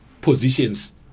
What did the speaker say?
positions